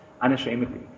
unashamedly